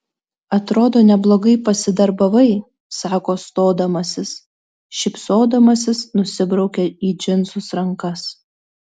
atrodo neblogai pasidarbavai sako stodamasis šypsodamasis nusibraukia į džinsus rankas